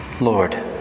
Lord